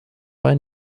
bei